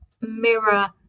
mirror